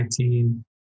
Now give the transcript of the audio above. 2019